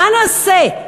מה נעשה?